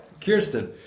Kirsten